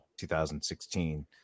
2016